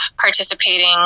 participating